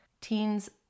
Teens